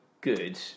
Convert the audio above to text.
good